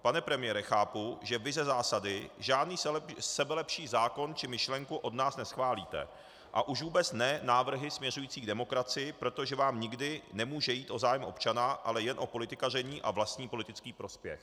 Pane premiére, chápu, že vy ze zásady žádný sebelepší zákon či myšlenku od nás neschválíte a už vůbec ne návrhy směřující k demokracii, protože vám nikdy nemůže jít o zájem občana, ale jen o politikaření a vlastní politický prospěch.